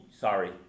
sorry